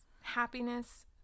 Happiness